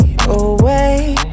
away